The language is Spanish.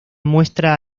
muestra